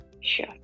sure